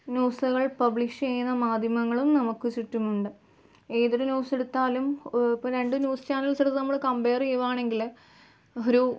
ന്യൂസുകൾ പബ്ലിഷ് ചെയ്യുന്ന മാധ്യമങ്ങളും നമുക്ക് ചുറ്റുമുണ്ട് ഏതൊരു ന്യൂസെടുത്താലും ഇപ്പോള് രണ്ട് ന്യൂസ് ചാനൽസെടുത്ത് നമ്മൾ കംപയര് ചെയ്യുകയാണെങ്കില് ഒരു